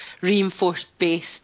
reinforced-based